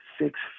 Six